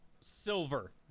silver